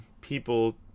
people